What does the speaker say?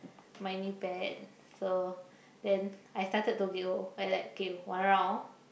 my knee pad so then I started to go I like go one round